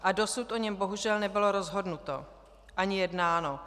A dosud o něm bohužel nebylo rozhodnuto ani jednáno.